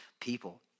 people